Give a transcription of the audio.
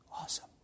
Awesome